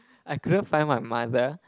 I couldn't find my mother